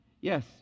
Yes